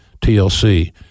TLC